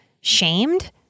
shamed